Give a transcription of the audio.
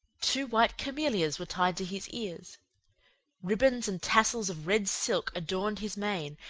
two white camellias were tied to his ears ribbons and tassels of red silk adorned his mane,